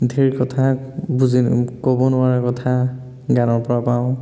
ধেৰ কথা বুজি ক'ব নোৱাৰাৰ কথা গানৰ পৰা পাওঁ